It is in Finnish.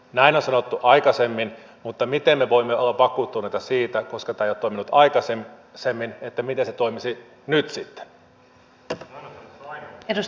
näin on sanottu aikaisemmin mutta miten me voimme olla vakuuttuneita siitä koska tämä ei ole toiminut aikaisemmin että se toimisi nyt sitten